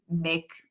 make